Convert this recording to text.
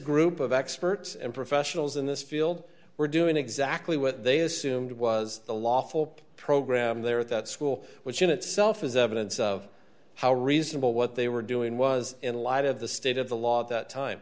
group of experts and professionals in this field were doing exactly what they assumed was the lawful program there at that school which in itself is evidence of how reasonable what they were doing was in light of the state of the law at that time